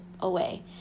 away